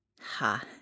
Ha